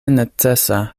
necesa